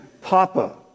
Papa